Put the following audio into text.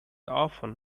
often